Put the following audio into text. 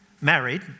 married